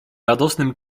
radosnym